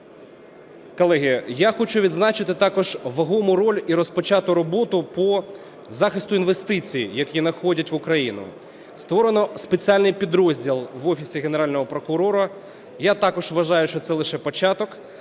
Колеги, я хочу відзначити також вагому роль і розпочату роботу по захисту інвестицій, які надходять в Україну. Створено спеціальний підрозділ в Офісі Генерального прокурора. Я також вважаю, що це лише початок,